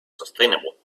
sustainable